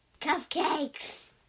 cupcakes